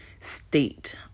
state